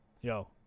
Yo